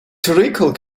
treacle